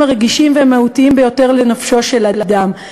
הרגישים והמהותיים ביותר לנפשו של אדם,